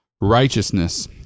righteousness